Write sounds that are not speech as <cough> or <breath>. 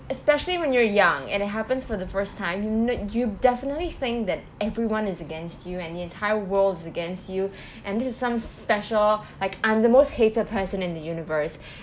especially when you're young and it happens for the first time you k~ you definitely think that everyone is against you and the entire world is against you <breath> and this is some special like I'm the most hated person in the universe